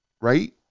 right